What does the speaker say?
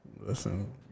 Listen